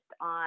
on